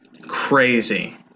Crazy